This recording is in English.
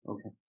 Okay